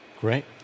Great